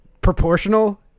proportional